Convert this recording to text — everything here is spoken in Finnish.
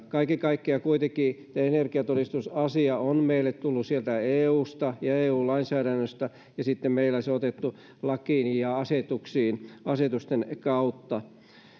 kaiken kaikkiaan kuitenkin energiatodistusasia on meille tullut eusta ja eun lainsäädännöstä ja sitten se on otettu meillä lakiin ja asetuksiin asetusten kautta